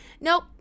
Nope